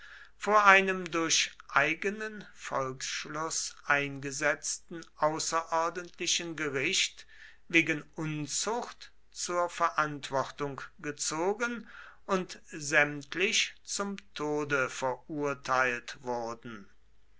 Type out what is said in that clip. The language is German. vor einem durch eigenen volksschluß eingesetzten außerordentlichen gericht wegen unzucht zur verantwortung gezogen und sämtlich zum tode verurteilt wurden